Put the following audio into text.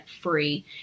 free